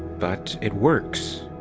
but it works.